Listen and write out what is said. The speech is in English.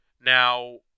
Now